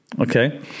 okay